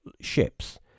ships